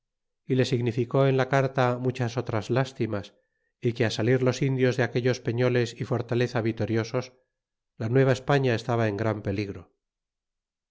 y le signiged en la carta otras muchas lastimas y que á salir los indios de aquellos peñoles ó fortaleza viloriosos la nueva españa estaba en gran peligro